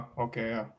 Okay